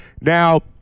Now